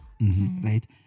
right